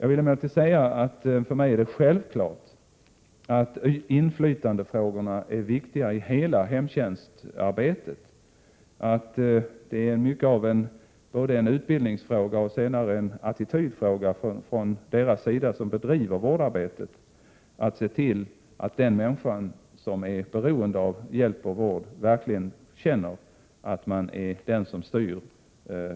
Jag vill emellertid säga att det för mig är självklart att inflytandefrågorna är viktiga i hela hemtjänstarbetet. Det är mycket av en utbildningsfråga och en attitydfråga från deras sida som bedriver vårdarbetet att se till att den människa som är beroende av hjälp och vård verkligen känner att den också styr